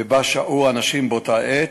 ובה שהו אנשים באותה עת,